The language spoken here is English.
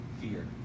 fear